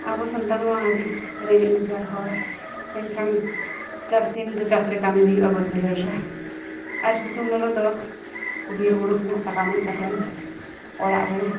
ᱟᱵᱚ ᱥᱟᱱᱛᱟᱲᱢᱟ ᱟᱹᱰᱤ ᱨᱮᱸᱜᱮᱡ ᱱᱟᱪᱟᱨ ᱦᱚᱲ ᱮᱱᱠᱷᱟᱱ ᱪᱟᱥ ᱫᱤᱱ ᱫᱚ ᱪᱟᱥᱨᱮ ᱠᱟᱹᱢᱤ ᱦᱩᱭᱩᱜᱼᱟ ᱵᱟᱹᱫᱼᱵᱟᱹᱭᱦᱟᱹᱲ ᱨᱮ ᱟᱨ ᱥᱤᱛᱩᱝ ᱞᱚᱞᱚ ᱫᱚ ᱵᱤᱨᱼᱵᱩᱨᱩ ᱠᱷᱚᱱᱟᱜ ᱥᱟᱠᱟᱢ ᱦᱮᱡ ᱠᱟᱛᱮᱫ ᱚᱲᱟᱜ ᱨᱮ